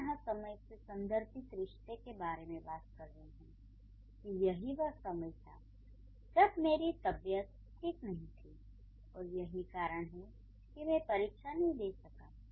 मैं यहाँ समय से संदर्भित रिश्ते के बारे में बात कर रही हूँ कि यही वह समय था जब मेरी तबीयत ठीक नहीं थी और यही कारण है कि मैं परीक्षा नहीं दे सका